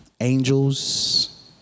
angels